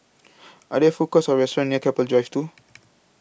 Are There Food Courts Or restaurants near Keppel Drive two